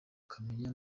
ukamenya